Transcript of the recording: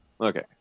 Okay